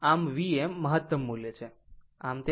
આમ vm મહત્તમ મૂલ્ય છે